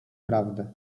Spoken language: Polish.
prawdę